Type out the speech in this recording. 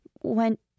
went